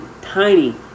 tiny